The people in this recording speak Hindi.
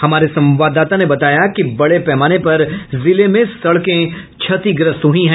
हमारे संवाददाता ने बताया कि बड़े पैमाने पर जिले में सड़कें क्षतिग्रस्त हुई हैं